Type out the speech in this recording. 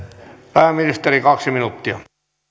pääministeri kaksi minuuttia